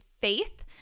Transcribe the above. faith